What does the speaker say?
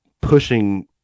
pushing